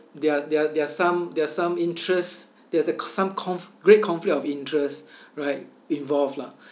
there are there are there are some there are some interest there's a c~ some conf~ great conflict of interest right involved lah